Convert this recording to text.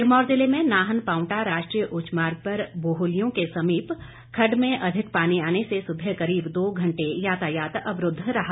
सिरमौर जिले में नाहन पावंटा राष्ट्रीय उच्च मार्ग पर बोहलियों के समीप खड्ड में अधिक पानी आने से सुबह करीब दो घंटे यातायात अवरूद्ध रहा